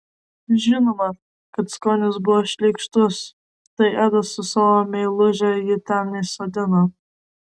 žinoma kad skonis buvo šleikštus tai edas su savo meiluže jį ten įsodino